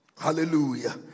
Hallelujah